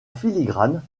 filigrane